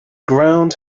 ground